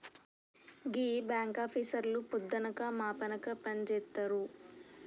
గీ బాంకాపీసర్లు పొద్దనక మాపనక పనిజేత్తరు